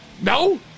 no